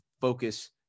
focus